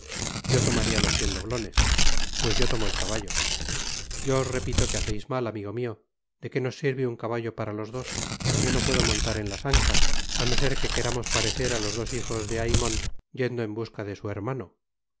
yo tomaría los cien doblones pues yo tomo el caballo yo os repito que haceis mal amigo mio de qué nos sirve un caballo para los dos yo no puedo montar en las ancas á no ser que queramos parecer á los dos hijos de aymon yendo en busca de su hermano